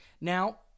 Now